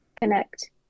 connect